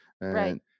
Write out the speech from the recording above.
Right